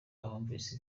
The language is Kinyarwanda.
abumvise